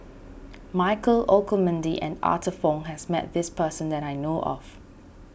Michael Olcomendy and Arthur Fong has met this person that I know of